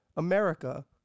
America